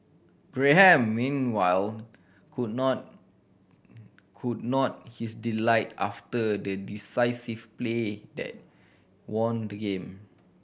Graham meanwhile could not could not his delight after the decisive play that won the game